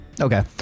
Okay